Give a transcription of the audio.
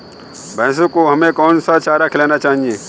भैंसों को हमें कौन सा चारा खिलाना चाहिए?